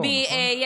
לא, נכון?